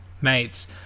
mates